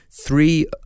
three